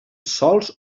sols